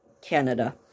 Canada